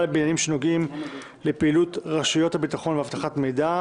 בעניינים שנוגעים לפעילות רשויות הביטחון ואבטחת מידע,